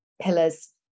pillars